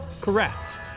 correct